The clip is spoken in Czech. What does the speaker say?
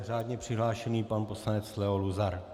Řádně přihlášený pan poslanec Leo Luzar.